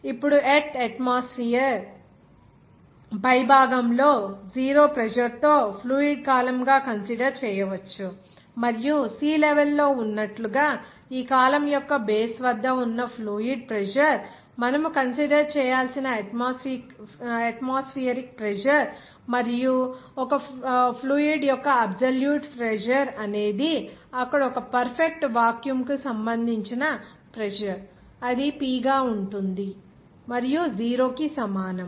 ఇప్పుడు earth atmosphere పై భాగంలో 0 ప్రెజర్ తో ఫ్లూయిడ్ కాలమ్గా కన్సిడర్ చేయవచ్చు మరియు సీ లెవెల్ లో ఉన్నట్లుగా ఈ కాలమ్ యొక్క బేస్ వద్ద ఉన్న ఫ్లూయిడ్ ప్రెజర్ మనము కన్సిడర్ చేయాల్సిన అట్మాస్ఫియరిక్ ప్రెజర్ మరియు ఒక ఫ్లూయిడ్ యొక్క అబ్సొల్యూట్ ప్రెజర్ అనేది అక్కడ ఒక పర్ఫెక్ట్ వాక్యూమ్ కు సంబంధించిన ప్రెజర్ అది P గా ఉంటుంది 0 కి సమానం